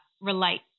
relate